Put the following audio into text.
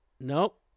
Nope